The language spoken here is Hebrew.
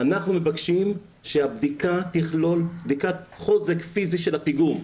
אנחנו מבקשים שהבדיקה תכלול בדיקת חוזק פיזי של הפיגום.